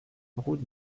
route